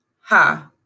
Ha